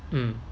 mm